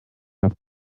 have